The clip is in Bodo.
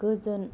गोजोन